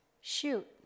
Shoot